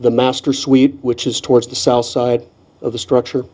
suite which is towards the south side of the structure